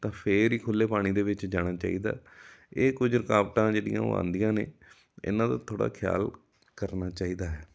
ਤਾਂ ਫੇਰ ਹੀ ਖੁੱਲ੍ਹੇ ਪਾਣੀ ਦੇ ਵਿੱਚ ਜਾਣਾ ਚਾਹੀਦਾ ਇਹ ਕੁਝ ਰੁਕਾਵਟਾਂ ਜਿਹੜੀਆਂ ਉਹ ਆਉਂਦੀਆਂ ਨੇ ਇਹਨਾਂ ਦਾ ਥੋੜ੍ਹਾ ਖਿਆਲ ਕਰਨਾ ਚਾਹੀਦਾ ਹੈ